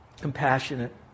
Compassionate